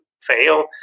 fail